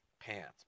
pants